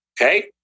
Okay